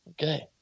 Okay